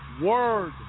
word